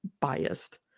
biased